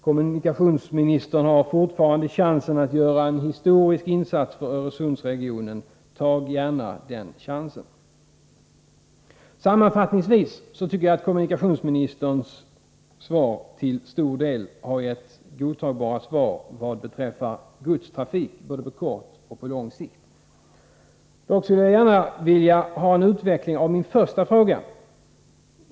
Kommunikationsministern har fortfarande chansen att göra en historisk insats för Öresundsregionen. Tag den chansen! Sammanfattningsvis tycker jag att kommunikationsministerns svar till stor del har gett ett godtagbart besked vad beträffar godstrafik både på kort och på lång sikt. Jag skulle dock gärna vilja ha en utveckling av min första fråga.